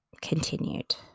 continued